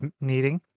needing